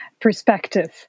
perspective